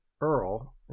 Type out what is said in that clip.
Earl